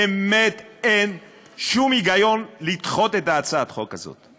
באמת אין שום היגיון לדחות את הצעת החוק הזאת.